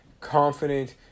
confident